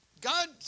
God